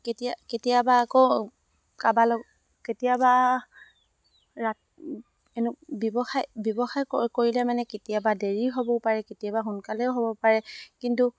কেতিয়া কেতিয়াবা আকৌ কাবা কেতিয়াবা এনে ব্যৱসায় কৰিলে মানে কেতিয়াবা দেৰি হ'বও পাৰে কেতিয়াবা সোনকালেও হ'ব পাৰে কিন্তু